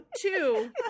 Two